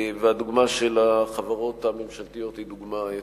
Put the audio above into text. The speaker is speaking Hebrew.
והדוגמה של החברות הממשלתיות היא דוגמה טובה.